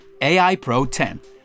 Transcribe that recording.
AIPRO10